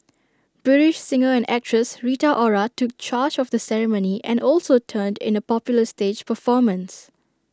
British singer and actress Rita Ora took charge of the ceremony and also turned in A popular stage performance